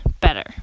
better